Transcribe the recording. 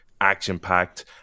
action-packed